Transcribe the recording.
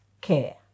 care